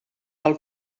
del